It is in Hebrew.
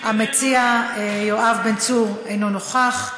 המציע יואב בן צור אינו נוכח,